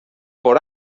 por